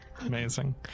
Amazing